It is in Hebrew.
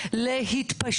להביא